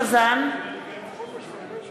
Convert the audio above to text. (קוראת בשמות חברי הכנסת)